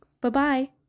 Bye-bye